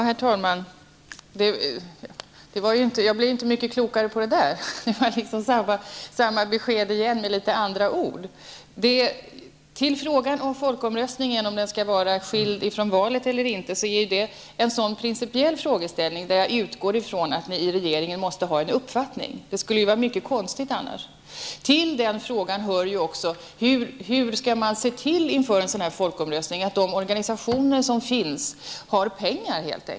Herr talman! Jag blev ju inte mycket klokare av det där, eftersom jag fick samma besked men med andra ord. Om folkomröstningen skall vara skild från valet eller ej är ju en principiell frågeställning, och jag utgår ifrån att regeringen måste ha en uppfattning om saken. Annars skulle det vara mycket konstigt. Hur skall man se till att de organisationer som finns har pengar?